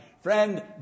Friend